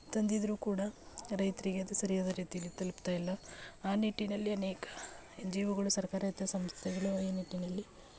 ತಂದಿದ್ದರೂ ಕೂಡ ರೈತರಿಗೆ ಅದು ಸರಿಯಾದ ರೀತಿಯಲ್ಲಿ ತಲುಪ್ತಾಯಿಲ್ಲ ಆ ನಿಟ್ಟಿನಲ್ಲಿ ಅನೇಕ ಎನ್ ಜಿ ಒಗಳು ಸರ್ಕಾರ ರಹಿತ ಸಂಸ್ಥೆಗಳು ಈ ನಿಟ್ಟಿನಲ್ಲಿ